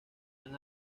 han